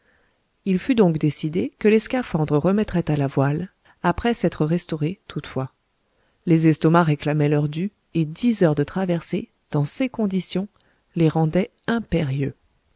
il fut donc décidé que les scaphandres remettraient à la voile après s'être restaurés toutefois les estomacs réclamaient leur dû et dix heures de traversée dans ces conditions les rendaient impérieux